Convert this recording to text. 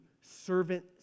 servant